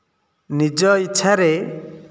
ନିଜ ଇଛାରେ